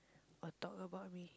or talk about me